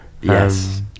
Yes